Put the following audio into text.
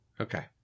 Okay